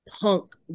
punk